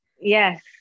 Yes